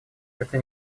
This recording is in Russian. это